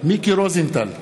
מיקי רוזנטל,